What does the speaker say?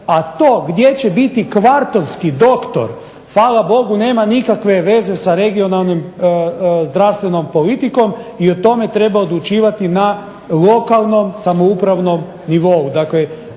A to gdje će biti kvartovski doktor hvala Bogu nema nikakve veze sa regionalnom zdravstvenom politikom i o tome treba odlučivati na lokalnom samoupravnom nivou.